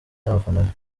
nabafana